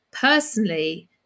personally